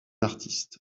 artiste